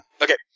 Okay